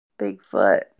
Bigfoot